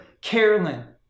Carolyn